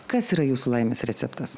kas yra jūsų laimės receptas